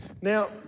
now